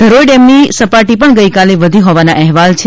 ધરોઇ ડેમની પણ સપાટી ગઈકાલે વધી હોવાના અહેવાલ છે